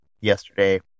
yesterday